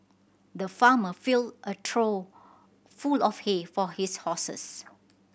the farmer filled a trough full of hay for his horses